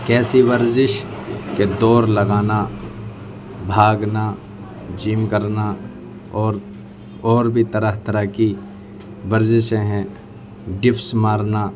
کیسی ورزش کہ دوڑ لگانا بھاگنا جم کرنا اور اور بھی طرح طرح کی ورزشیں ہیں ڈفس مارنا